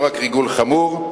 לא רק ריגול חמור,